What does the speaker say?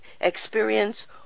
experience